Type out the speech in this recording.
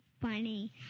Funny